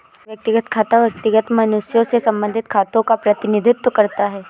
व्यक्तिगत खाता व्यक्तिगत मनुष्यों से संबंधित खातों का प्रतिनिधित्व करता है